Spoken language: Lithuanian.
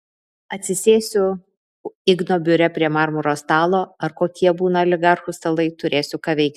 atsisėsiu igno biure prie marmuro stalo ar kokie būna oligarchų stalai turėsiu ką veikti